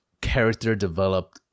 character-developed